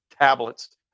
tablets